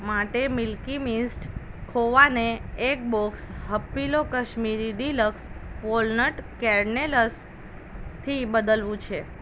માટે milky mist ખોવાને એક box Happilo Kashmiri deluxe walnut કેર્નેલસથી બદલવું છે